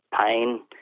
pain